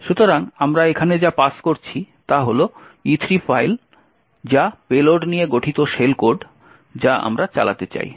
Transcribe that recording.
সুতরাং আমরা এখানে যা পাস করছি তা হল E3 ফাইল যা পেলোড নিয়ে গঠিত শেল কোড যা আমরা চালাতে চাই